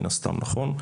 נכון?